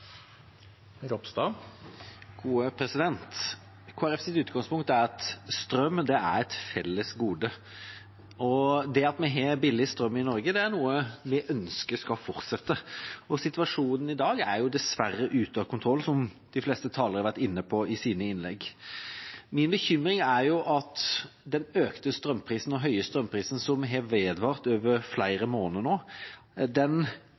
noe vi ønsker skal fortsette. Situasjonen i dag er dessverre ute av kontroll, som de fleste talere har vært inne på i sine innlegg. Min bekymring er at de økte, høye strømprisene, som har vart over flere